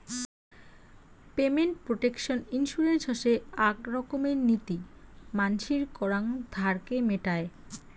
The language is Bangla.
পেমেন্ট প্রটেকশন ইন্সুরেন্স হসে আক রকমের নীতি মানসির করাং ধারকে মেটায়